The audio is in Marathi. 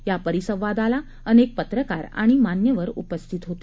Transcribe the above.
या परिसंवादाला अनेक पत्रकार आणि मान्यवर उपस्थित होते